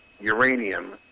uranium